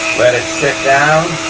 let it sit down